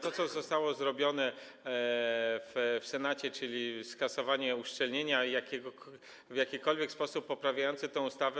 To, co zostało zrobione w Senacie, czyli skasowanie uszczelnienia, w jakikolwiek sposób poprawiające tę ustawę.